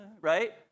right